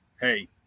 hey